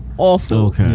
Awful